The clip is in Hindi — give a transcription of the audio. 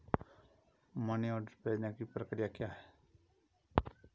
मनी ऑर्डर भेजने की प्रक्रिया क्या है?